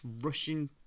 rushing